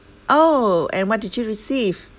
oh and what did you receive